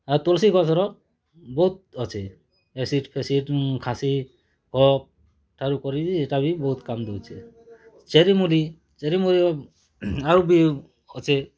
ଆଉ ତୁଲସି ଗଛର ବହୁତ୍ ଅଛେ ଏସିଡ଼ ଫେସିଡ଼ ଖାସି କଫ୍ଠାରୁ କରି ବି ହେଟା ବି ବହୁତ କାମ୍ ଦଉଚେ ଚେରି ମୂଲି ଚେରି ମୂଲିର ଆଉ ବି ଅଛେ